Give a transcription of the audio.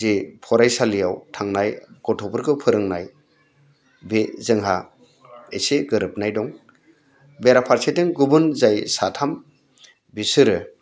जे फरायसालियाव थांनाय गथ'फोरखौ फोरोंनाय बे जोंहा एसे गोरोबनाय दं बेराफारसेथिं गुबुन जाय साथाम बिसोरो